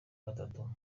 gatatu